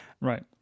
Right